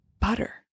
butter